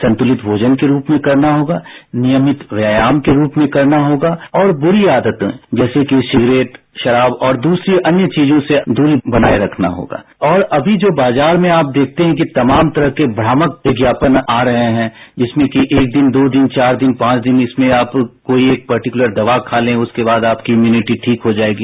संतुलित भोजन के रूप में करना होगा नियमित व्यायाम के रूप में करना होगा और बुरी आदतों जैसे कि सिगरेट शराब और दूसरी अन्य चीजों से दूरी बनाए रखना होगा और अमी जो बाजार में आप देखते हैं कि तमाम तरह के भ्रामक विज्ञापन आ रहे हैं जिसमें कि एक दिन दो दिन चार दिन पांच दिन इसमें आप कोई एक पर्टिकुलर दवा खा लें उसके बाद आपकी इम्युनिटी ठीक हो जाएगी